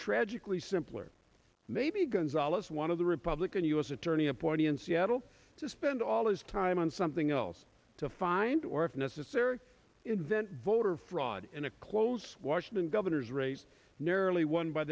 tragically simpler maybe gonzales one of the republican u s attorney appointee in seattle to spend all his time on something else to find or if necessary invent voter fraud in a close washington governor's race narrowly won by